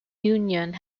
union